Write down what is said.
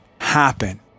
happen